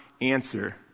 answer